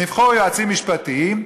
נבחר יועצים משפטיים,